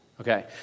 Okay